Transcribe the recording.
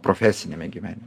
profesiniame gyvenime